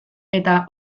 eta